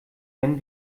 wenn